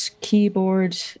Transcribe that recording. keyboard